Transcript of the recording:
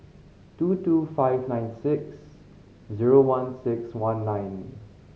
two two five nine six zero one six one nine